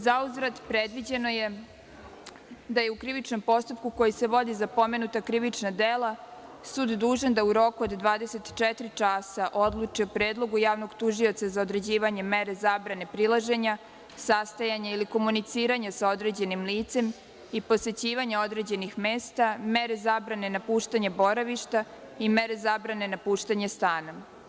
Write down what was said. Zauzvrat, predviđeno je da je u krivičnom postupku, koji se vodi za pomenuta krivična dela, sud dužan da u roku od 24 časa odluči o predlogu javnog tužioca za određivanje mere zabrane prilaženja, sastajanja ili komuniciranja sa određenim licem i posećivanja određenih mesta, mere zabrane napuštanja boravišta i mere zabrane napuštanje stana.